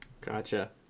Gotcha